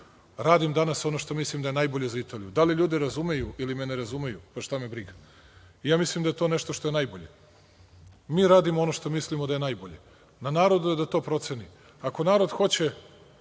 radim danas ono što mislim da je najbolje za Italiju, da li me ljudi razumeju ili me ne razumeju, pa, šta me briga. Mislim da je to nešto što je najbolje. Mi radimo ono što mislimo da je najbolje. Na narodu je da to proceni. Ako narod hoće